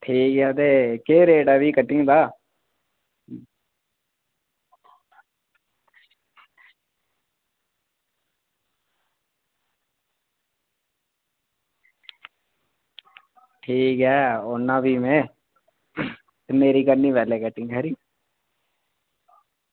ठीक ऐ ते फ्ही केह् रेट ऐ कटिंग दा ठीक ऐ औना भी में ते मेरी करनी पैह्लें कटिंग ठीक ऐ